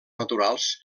naturals